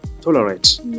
tolerate